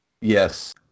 Yes